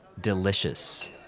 delicious